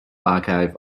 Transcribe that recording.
archive